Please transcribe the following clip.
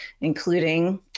including